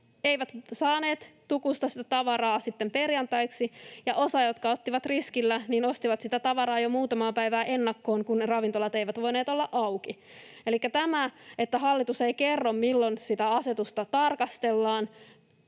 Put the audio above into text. ei saanut tukusta sitä tavaraa sitten perjantaiksi, ja osa, joka otti riskillä, osti sitä tavaraa jo muutamaa päivää ennakkoon, kun ne ravintolat eivät voineet olla auki. Elikkä tämä, että hallitus ei kerro, milloin sitä asetusta tarkastellaan,